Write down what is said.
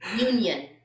union